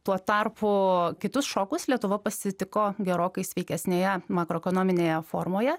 tuo tarpu kitus šokus lietuva pasitiko gerokai sveikesnėje makroekonominėje formoje